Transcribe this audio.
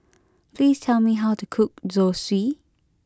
please tell me how to cook Zosui